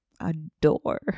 adore